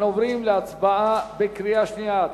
אנחנו עוברים להצבעה בקריאה שנייה: